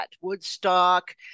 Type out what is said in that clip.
Woodstock